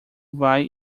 vai